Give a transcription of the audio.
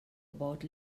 about